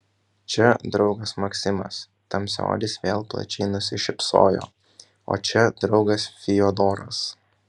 čia draugas maksimas tamsiaodis vėl plačiai nusišypsojo o čia draugas fiodoras